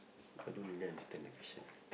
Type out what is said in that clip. I don't really understand the question